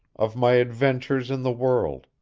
of my adventures in the world,